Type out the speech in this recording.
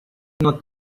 not